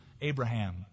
Abraham